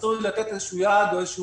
אסור לי לתת איזשהו יעד או איזשהו